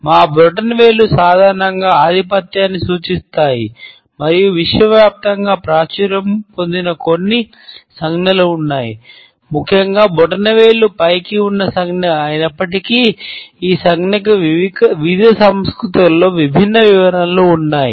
మా బ్రొటనవేళ్లు సాధారణంగా ఆధిపత్యాన్ని సూచిస్తాయి మరియు విశ్వవ్యాప్తంగా ప్రాచుర్యం పొందిన కొన్ని సంజ్ఞలు ఉన్నాయి ముఖ్యంగా బ్రొటనవేళ్లు పైకి ఉన్న సంజ్ఞ అయినప్పటికీ ఈ సంజ్ఞకు వివిధ సంస్కృతులలో విభిన్న వివరణలు ఉన్నాయి